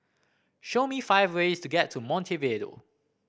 show me five ways to get to Montevideo